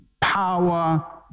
power